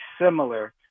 similar